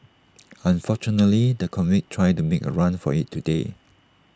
unfortunately the convict tried to make A run for IT today